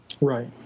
Right